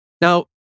Now